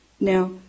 now